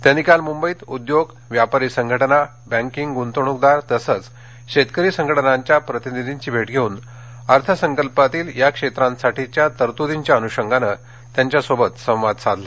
त्यांनी काल मुंबईत उद्योग व्यापाऱ्यांच्या संघटना बँकिंग गुंतवणूकदार तसंच शेतकरी संघटनांच्या प्रतिनिधींची भेट घेऊन अर्थसंकल्पातील या क्षेत्रांसाठीच्या तरतुदींच्या अनुषंगाने त्यांच्याशी संवाद साधला